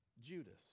Judas